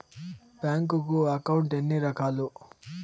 bank account ఎన్ని రకాలు